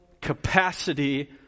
capacity